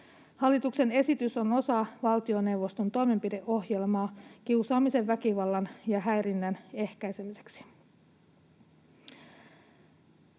Hallituksen esitys on osa valtioneuvoston toimenpideohjelmaa kiusaamisen, väkivallan ja häirinnän ehkäisemiseksi.